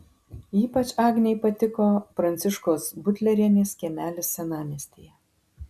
ypač agnei patiko pranciškos butlerienės kiemelis senamiestyje